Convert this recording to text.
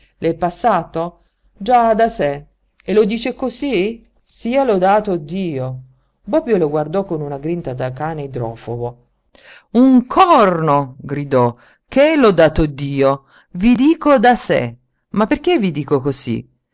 è passato già da sé e lo dice cosí sia lodato dio bobbio lo guardò con una grinta da cane idrofobo un corno gridò che lodato io i dico da sé ma perché vi dico cosí